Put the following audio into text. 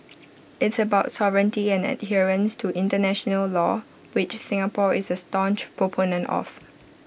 it's about sovereignty and adherence to International law which Singapore is A staunch proponent of